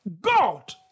God